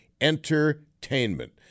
Entertainment